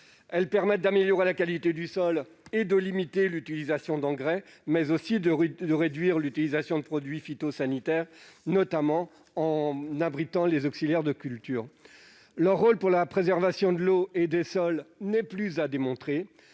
non seulement d'améliorer la qualité du sol et de limiter l'utilisation d'engrais, mais aussi de réduire l'utilisation de produits phytosanitaires, notamment en abritant les auxiliaires de culture. Leur rôle pour la préservation de l'eau et des sols n'est donc plus à démontrer.